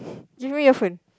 give me your phone